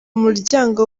muryango